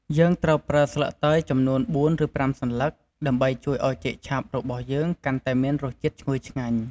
យើងត្រូវប្រើស្លឹកតើយចំនួន ៤ ឬ ៥សន្លឹក ដើម្បីជួយឱ្យចេកឆាបរបស់យើងកាន់តែមានរសជាតិឈ្ងុយឆ្ងាញ់។